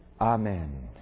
Amen